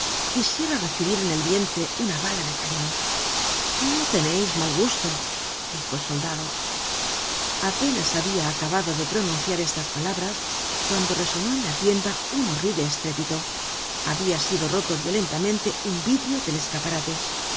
quisiera recibir en el vientre una bala de cañon no teneis mal gusto dijo el soldado apenas habia acabado de pronunciar estas palabras cuando resonó en la tienda un horrible estrépito habia sido roto violentamente un vidrio del escaparate